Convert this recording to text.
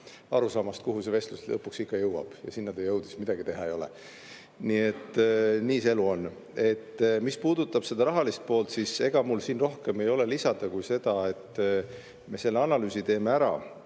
arusaamast, kuhu see vestlus lõpuks ikka jõuab. Ja sinna ta jõudis, midagi teha ei ole. Nii see elu on. Mis puudutab rahalist poolt, siis ega mul rohkem lisada ei ole kui seda, et me selle analüüsi teeme ära,